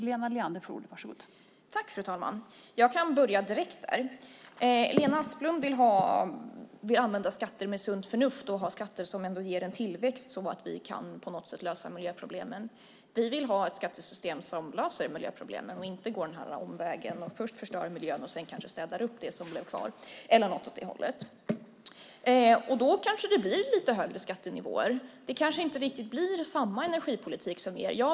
Fru talman! Jag kan börja direkt. Lena Asplund vill använda skatter med sunt förnuft och ha skatter som ändå ger en tillväxt så att vi på något sätt kan lösa miljöproblemen. Vi vill ha ett skattesystem som löser miljöproblemen och inte går omvägen om att först förstöra miljön och sedan kanske städa upp det som blev kvar. Då blir det kanske lite högre skattenivåer. Det kanske inte riktigt blir samma energipolitik som er.